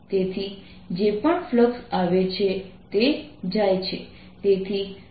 તેથી જે પણ ફ્લક્સ આવે છે તે જાય છે